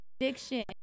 addiction